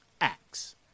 Acts